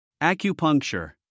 Acupuncture